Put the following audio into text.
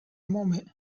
moment